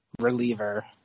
reliever